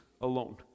alone